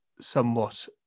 somewhat